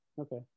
Okay